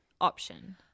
option